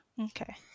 Okay